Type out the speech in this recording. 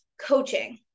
coaching